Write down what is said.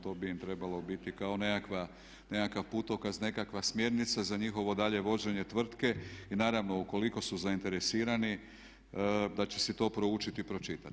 To bi im trebalo biti kao nekakav putokaz, nekakva smjernica za njihovo daljnje vođenje tvrtke i naravno ukoliko su zainteresirani da će si to proučiti i pročitati.